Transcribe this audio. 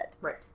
Right